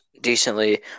decently